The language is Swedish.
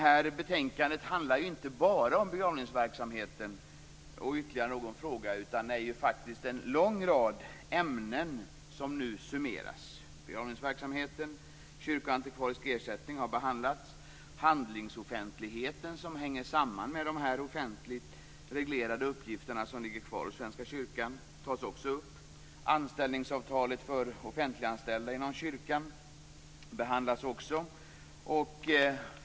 Betänkandet handlar inte bara om begravningsverksamheten och ytterligare någon fråga, utan det är faktiskt en lång rad ämnen som nu summeras. Begravningsverksamheten och kyrkoantikvarisk ersättning är frågor som har behandlats. Handlingsoffentligheten, som hänger samman med de offentligt reglerade uppgifterna som ligger kvar hos Svenska kyrkan, tas också upp. Anställningsavtalet för offentliganställda inom kyrkan behandlas.